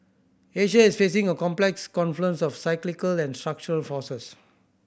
Asia is facing a complex confluence of cyclical and structural forces